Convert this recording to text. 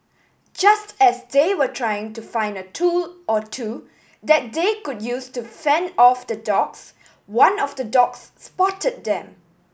just as they were trying to find a tool or two that they could use to fend off the dogs one of the dogs spot them